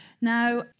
Now